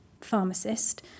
pharmacist